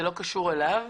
זה לא קשור אליו?